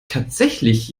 tatsächlich